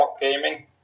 gaming